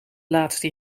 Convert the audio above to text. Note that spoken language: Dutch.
laatste